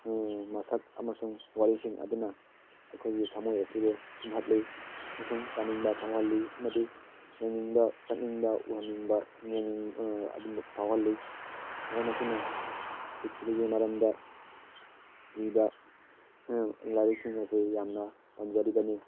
ꯃꯁꯛ ꯑꯃꯁꯨꯡ ꯋꯥꯔꯤꯁꯤꯡ ꯑꯗꯨꯅ ꯑꯩꯈꯣꯏꯒꯤ ꯊꯝꯃꯣꯏ ꯑꯁꯤꯕꯨ ꯁꯨꯝꯍꯠꯂꯤ ꯑꯃꯁꯨꯡ ꯇꯥꯅꯤꯡꯕ ꯐꯥꯎꯍꯟꯂꯤ ꯑꯃꯗꯤ ꯌꯦꯡꯅꯤꯡꯕ ꯆꯠꯅꯤꯡꯕ ꯎꯍꯟꯅꯤꯡꯕ ꯌꯦꯡꯅꯤꯡ ꯑꯗꯨꯒꯨꯝꯕ ꯐꯥꯎꯍꯜꯂꯤ ꯃꯔꯝ ꯑꯁꯤꯅ ꯄꯤꯊ꯭ꯔꯤꯕꯤꯒꯤ ꯃꯔꯝꯗ ꯏꯕ ꯂꯥꯏꯔꯤꯛꯁꯤꯡ ꯑꯁꯤ ꯌꯥꯝꯅ ꯄꯥꯝꯖꯔꯤꯕꯅꯤ